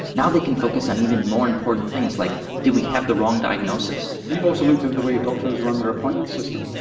now they can focus on even more important things like do we have the wrong diagnosis. you've also looked at the way doctors run their appointment system.